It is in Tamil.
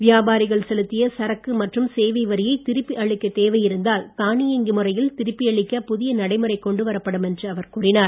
வியாபாரிகள் செலுத்திய சரக்கு மற்றும் சேவை வரியை திருப்பி அளிக்கத் தேவை இருந்தால் தானியங்கி முறையில் திருப்பியளிக்க புதிய நடைமுறை கொண்டுவரப் படும் என்றும் அவர் கூறினார்